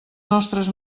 nostres